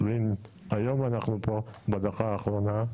ואם היום אנחנו פה בדקה האחרונה,